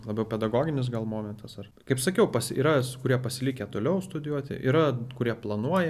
labiau pedagoginis gal momentas ar kaip sakiau pas yra s kurie pasilikę toliau studijuoti yra kurie planuoja